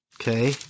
Okay